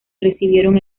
recibieron